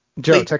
Joe